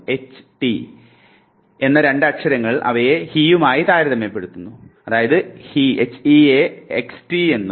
X t എന്ന രണ്ടു അക്ഷരങ്ങൾ അവയെ h e യുമായി താരതമ്യപ്പെടുത്തുന്നു അതായത് he യെ xt എന്നും